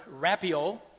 rapio